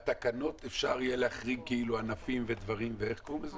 בתקנות אפשר יהיה להחריג ענפים ודברים ואיך קוראים לזה?